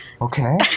Okay